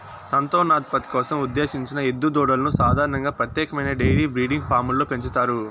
సంతానోత్పత్తి కోసం ఉద్దేశించిన ఎద్దు దూడలను సాధారణంగా ప్రత్యేకమైన డెయిరీ బ్రీడింగ్ ఫామ్లలో పెంచుతారు